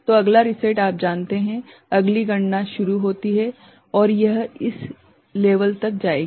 तो अगला रीसेट आप जानते हैं अगली गणना शुरू होती है और यह इस स्तर तक जाएगी